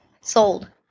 sold